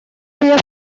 había